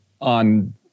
on